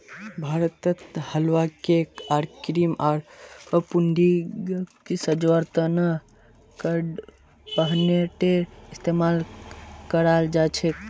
भारतत हलवा, केक आर क्रीम आर पुडिंगक सजव्वार त न कडपहनटेर इस्तमाल कराल जा छेक